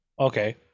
okay